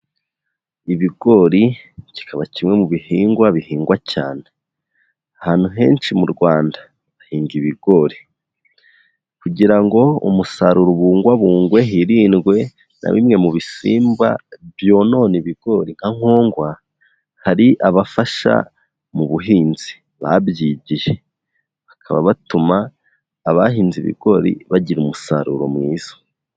Ibigori kikaba kimwe mu bihingwa bihingwa cyane. Ahantu henshi mu Rwanda, bahinga ibigori. Kugira ngo umusaruro ubungwabungwe hirindwe na bimwe mu bisimba byonona ibigori nka nkongwa, hari abafasha mu buhinzi, babyigiye, bakaba batuma abahinze ibigori bagira umusaruro mwiza.